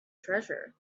treasure